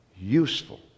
useful